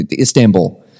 Istanbul